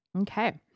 Okay